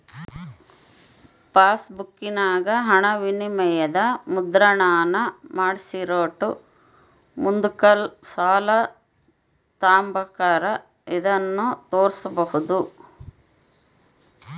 ಪಾಸ್ಬುಕ್ಕಿನಾಗ ಹಣವಿನಿಮಯದ ಮುದ್ರಣಾನ ಮಾಡಿಸಿಟ್ರ ಮುಂದುಕ್ ಸಾಲ ತಾಂಬಕಾರ ಇದನ್ನು ತೋರ್ಸ್ಬೋದು